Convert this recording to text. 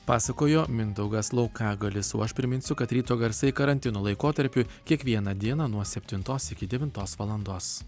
pasakojo mindaugas laukagalis o aš priminsiu kad ryto garsai karantino laikotarpiu kiekvieną dieną nuo septintos iki devintos valandos